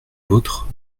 vôtre